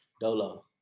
Dolo